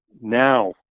now